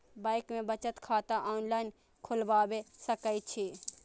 Bank में बचत खाता ऑनलाईन खोलबाए सके छी?